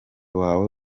wawe